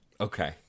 Okay